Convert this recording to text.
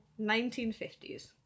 1950s